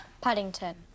Paddington